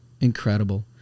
Incredible